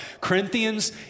Corinthians